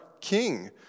king